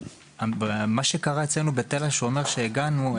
מה שקרה אצלנו בתל השומר כשהגענו,